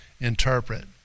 interpret